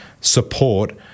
support